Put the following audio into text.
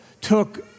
took